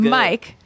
mike